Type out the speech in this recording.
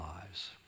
lives